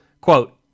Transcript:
Quote